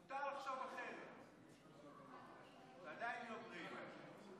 מותר לחשוב אחרת, ועדיין הם בריאים.